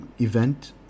event